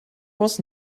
was